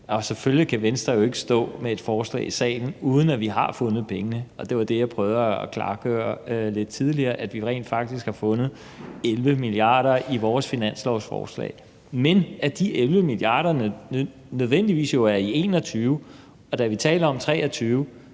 Selvfølgelig kan Venstre jo ikke stå med et forslag i salen, uden at vi har fundet pengene. Det var det, jeg prøvede at klargøre lidt tidligere, altså at vi rent faktisk har fundet 11 mia. kr. i vores finanslovsforslag, men at de 11 mia. kr. nødvendigvis er i 2021, og da vi taler om 2023,